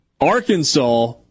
Arkansas